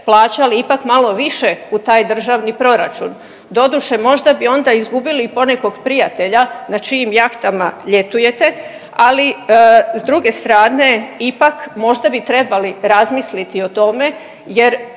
plaćali ipak malo više u taj državni proračun. Doduše možda bi onda izgubili i ponekog prijatelja na čijim jahtama ljetujete, ali s druge strane ipak možda bi trebali razmisliti o tome